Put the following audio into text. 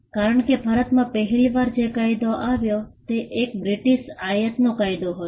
કારણ કે ભારતમાં પહેલી વાર જે કાયદો આવ્યો તે એ એક બ્રિટિશ આયાતનો કાયદો હતો